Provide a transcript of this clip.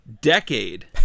decade